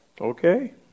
Okay